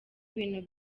ibintu